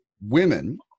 women